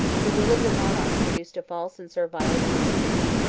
the will of the monarch produced a false and servile unanimity,